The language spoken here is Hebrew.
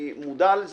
אני מודע לכך,